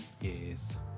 yes